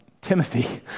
Timothy